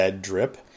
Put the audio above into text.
drip